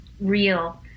real